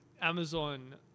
Amazon